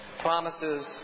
promises